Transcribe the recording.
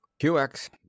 QX